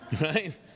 Right